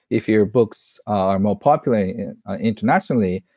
if your books are more popular internationally,